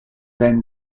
then